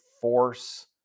force